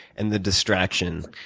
and the distraction?